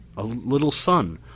a little son,